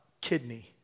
kidney